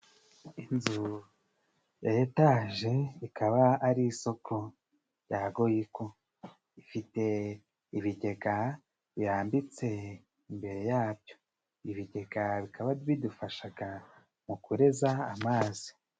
Inzu ya etaje ikaba ari isoko rya Goyiko. Ifite ibigega birambitse imbere yabyo. Ibigega bikaba bidufashaga mu kureza amazi.